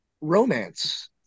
romance